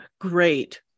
great